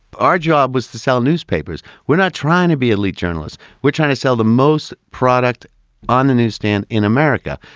our job was to sell newspapers. we're not trying to be elite journalists. we're trying to sell the most product on the newsstand in america.